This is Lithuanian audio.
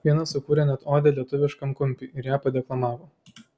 vienas sukūrė net odę lietuviškam kumpiui ir ją padeklamavo